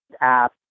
app